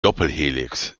doppelhelix